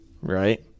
right